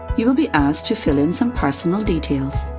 you will be asked to fill in some personal details.